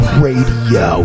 radio